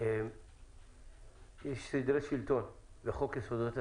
יש סדרי שלטון, ולפי חוק יסודות התקציב,